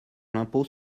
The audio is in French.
l’impôt